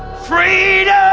freedom.